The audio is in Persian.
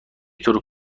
طور